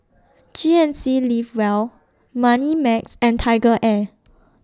G N C Live Well Moneymax and TigerAir